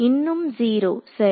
இன்னும் 0 சரி